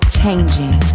changing